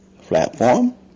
platform